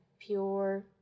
pure